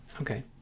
okay